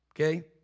Okay